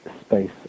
space